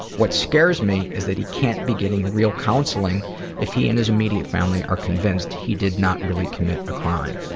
what scares me is that he can't be getting real counseling if he and his immediate family are convinced he did not really commit a crime.